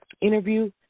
interview